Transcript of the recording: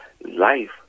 life